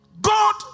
God